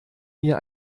mir